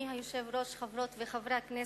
אדוני היושב-ראש, חברות וחברי הכנסת,